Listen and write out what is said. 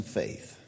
faith